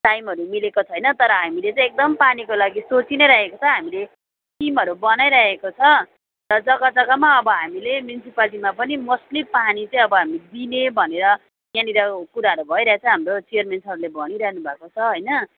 टाइमहरू मिलेको छैन तर हामीले चाहिँ एकदम पानीको लागि सोचिनै रहेको छ हामीले स्किमहरू बनाइरहेको छ र जग्गा जग्गामा अब हामीले म्युन्सिपाल्टीमा पनि मोस्टली पानी चाहिँ अब हामी दिने भनेर त्यहाँनिर कुराहरू भइरहेछ हाम्रो चेयरमेन सरले भनिरहनु भएको छ होइन